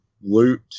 loot